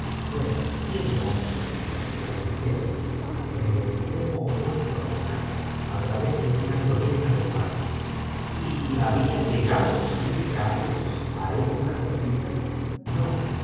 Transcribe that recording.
tiene otra comunicación es cierto en el extremo opuesto á la casa á través de una glorieta del parque y h bí llegado si carlos a esta salida no